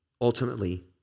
ultimately